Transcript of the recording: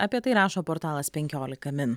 apie tai rašo portalas penkiolika min